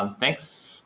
um thanks.